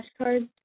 flashcards